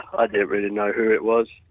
i didn't really know who it was.